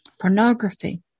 Pornography